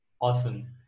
Awesome